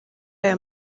aya